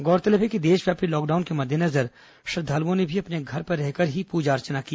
गौरतलब है कि देशव्यापी लॉकडाउन के मद्देनजर श्रद्वालुओं ने अपने घर पर रहकर ही पूजा अर्चना की